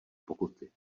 pokuty